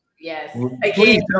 Yes